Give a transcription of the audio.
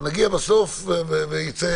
בסוף ייצא